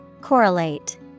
Correlate